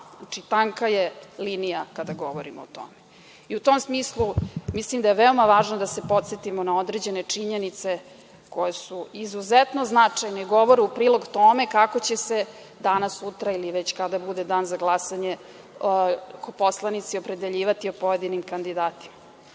tanka je linija kada govorimo o tome. U tom smislu, mislim da je veoma važno da se podsetimo na određene činjenice koje su izuzetno značajne i govore u prilog tome kako će se danas, sutra ili već kada bude dan za glasanje, poslanici opredeljivati o pojedinim kandidatima. Proces